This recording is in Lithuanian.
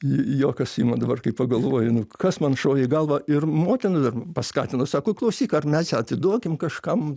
juokas ima dabar kai pagalvoju nu kas man šovė į galvą ir motina dar paskatino sako klausyk ar mes ją atiduokim kažkam